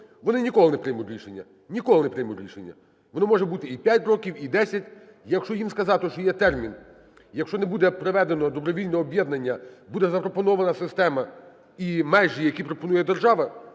і не показати горизонт, вони ніколи не приймуть рішення, воно може бути і 5 років, і 10. Якщо їм сказати, що є термін, якщо не буде проведено добровільного об'єднання, буде запропонована система і межі, які пропонує держава,